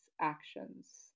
actions